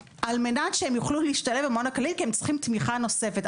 מנת שהם יוכלו להשתלב במעון הכללי כי הם צריכים תמיכה נוספת.